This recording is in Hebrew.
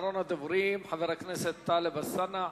אחרון הדוברים הוא חבר הכנסת טלב אלסאנע,